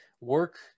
work